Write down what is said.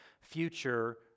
future